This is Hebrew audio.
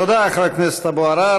תודה, חבר הכנסת אבו עראר.